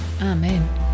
Amen